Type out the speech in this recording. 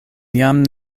jam